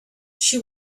she